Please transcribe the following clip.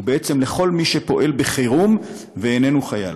ובעצם לכל מי שפועל בחירום ואיננו חייל,